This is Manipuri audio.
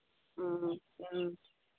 ꯎꯝ ꯎꯝ